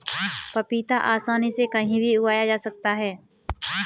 पपीता आसानी से कहीं भी उगाया जा सकता है